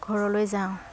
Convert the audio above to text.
ঘৰলৈ যাওঁ